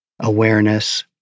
awareness